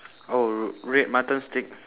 orh red mutton steak